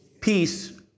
Peace